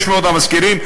600 המזכירים,